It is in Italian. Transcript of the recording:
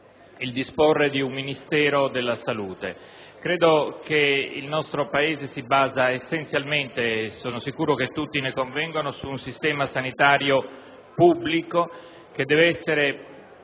disporre di un Ministero della salute. Il nostro Paese poggia essenzialmente - e sono sicuro che tutti ne convengono - su un sistema sanitario pubblico, che deve basarsi